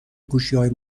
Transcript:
گوشیهای